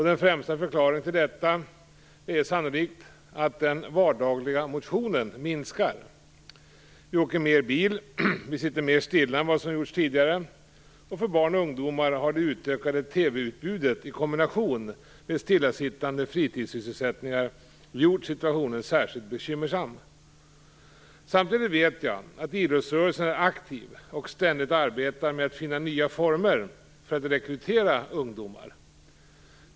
Den främsta förklaringen till detta är sannolikt att den vardagliga motionen minskar. Vi åker mer bil och sitter mer stilla än vad som gjordes tidigare. För barn och ungdomar har det utökade TV utbudet i kombination med stillasittande fritidssysselsättningar gjort situationen särskilt bekymmersam. Samtidigt vet jag att idrottsrörelsen är aktiv och ständigt arbetar med att finna nya former för att rekrytera ungdomar.